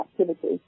activity